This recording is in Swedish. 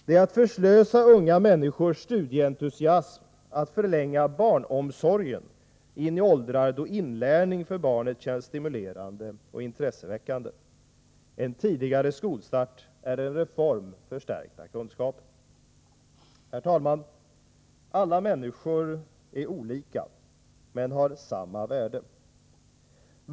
Det är att förslösa unga människors studieentusiasm att förlänga barnomsorgen in i åldrar då inlärning för barnet känns stimulerande och intresseväckande. En tidigare skolstart är en reform för stärkta kunskaper. Herr talman! Alla människor är olika men har samma värde.